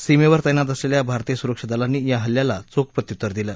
सीमेवर तैनात असलेल्या भारतीय सुरक्षा दलांनी या हल्ल्याला चोख प्रत्युत्तर दिलं